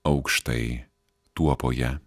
aukštai tuopoje